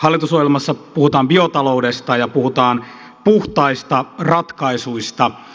hallitusohjelmassa puhutaan biotaloudesta ja puhutaan puhtaista ratkaisuista